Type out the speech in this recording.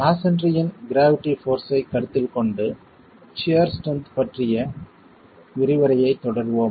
மஸோன்றியின் gravity force ஐ கருத்தில்கொண்டு shear strength பற்றிய விரிவுரையைத் தொடர்வோம்